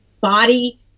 body